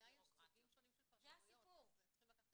בעיניי יש סוגים שונים של פרשנויות, אז צריך לקחת